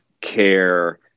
care